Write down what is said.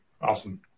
awesome